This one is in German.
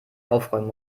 aufräumen